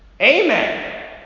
Amen